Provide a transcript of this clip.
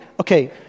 Okay